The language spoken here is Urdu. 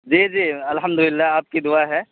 جی جی الحمد للہ آپ کی دعا ہے